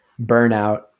burnout